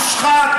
מושחת.